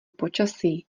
počasí